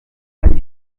allem